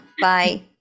Bye